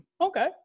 okay